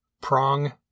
Prong